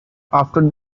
after